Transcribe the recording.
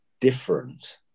different